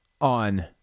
on